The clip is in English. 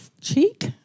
cheek